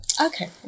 Okay